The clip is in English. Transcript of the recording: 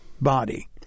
body